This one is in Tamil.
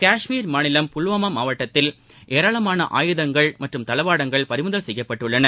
கஷ்மீர் மாநிலம் புல்வாமா மாவட்டத்தில் ஏராளமான ஆயுதங்கள் மற்றும் தளவாடங்கள் பறிமுதல் செய்யப்பட்டுள்ளன